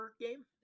game